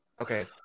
okay